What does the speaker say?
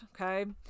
Okay